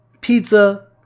pizza